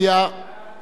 נא להצביע.